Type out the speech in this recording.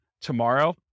tomorrow